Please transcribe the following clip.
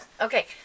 Okay